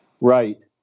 Right